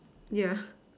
yeah